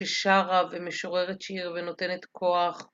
היא שרה ומשוררת שיר ונותנת כוח.